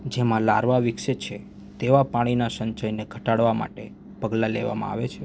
જેમાં લાર્વા વિકસે છે તેવાં પાણીના સંચયને ઘટાડવા માટે પગલાં લેવામાં આવે છે